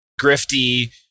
grifty